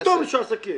מה פתאום רישוי עסקים?